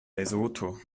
lesotho